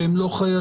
שהם לא חיילים,